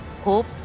Hope